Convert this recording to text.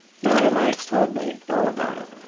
merrylegs told me all about it.